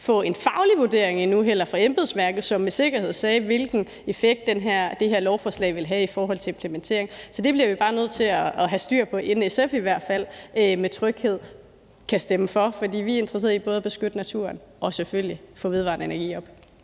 få en faglig vurdering fra embedsværket endnu, som med sikkerhed kunne sige, hvilken effekt det her lovforslag ville have i forhold til implementering. Så det bliver vi bare nødt til at have styr på, inden SF i hvert fald med tryghed kan stemme for. For vi er interesseret i både at beskytte naturen og selvfølgelig få sat anlæg til vedvarende energi op.